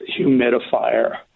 humidifier